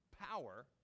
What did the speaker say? power